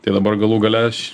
tai dabar galų gale aš